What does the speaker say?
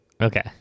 Okay